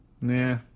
Nah